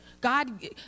god